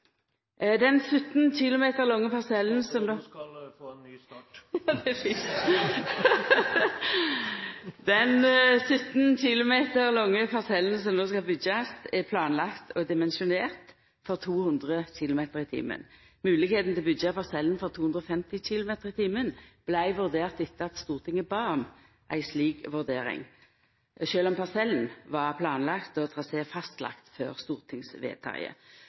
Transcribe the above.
skal få en ny start! Det er fint! Den 17 km lange parsellen som no skal byggjast, er planlagd og dimensjonert for 200 km/t. Moglegheita for å byggja parsellen for 250 km/t vart vurdert etter at Stortinget bad om ei slik vurdering, sjølv om parsellen var planlagd og trasé fastlagd før stortingsvedtaket.